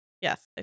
Yes